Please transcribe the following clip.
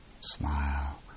smile